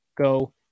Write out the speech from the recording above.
Go